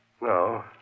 No